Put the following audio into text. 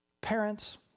Parents